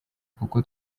kuko